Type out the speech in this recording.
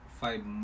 five